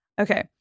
Okay